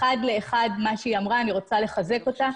אחד לאחד מה שהיא אמרה, אני רוצה לחזק אותך.